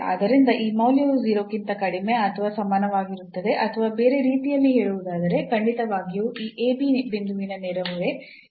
ಆದ್ದರಿಂದ ಈ ಮೌಲ್ಯವು 0 ಗಿಂತ ಕಡಿಮೆ ಅಥವಾ ಸಮಾನವಾಗಿರುತ್ತದೆ ಅಥವಾ ಬೇರೆ ರೀತಿಯಲ್ಲಿ ಹೇಳುವುದಾದರೆ ಖಂಡಿತವಾಗಿಯೂ ಈ ಬಿಂದುವಿನ ನೆರೆಹೊರೆ ಇರುತ್ತದೆ